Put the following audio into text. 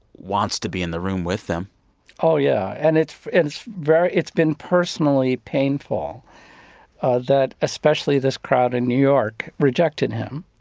wants to be in the room with them oh yeah, and it's it's very it's been personally painful ah that especially this crowd in new york rejected him,